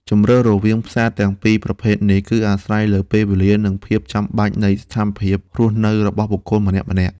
ជម្រើសរវាងផ្សារទាំងពីរប្រភេទនេះគឺអាស្រ័យលើពេលវេលានិងភាពចាំបាច់នៃស្ថានភាពរស់នៅរបស់បុគ្គលម្នាក់ៗ។